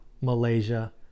Malaysia